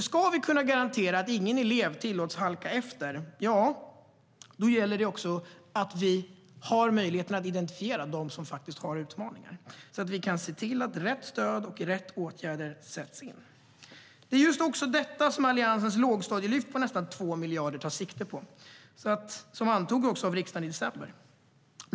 Det är just detta som Alliansens lågstadielyft på nästan 2 miljarder, vilket antogs av riksdagen i december, tar sikte på.